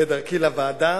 בדרך לוועדה.